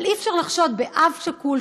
אבל אי-אפשר לחשוד באב שכול,